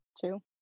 Two